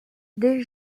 des